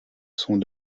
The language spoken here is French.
sont